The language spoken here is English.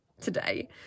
today